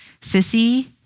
Sissy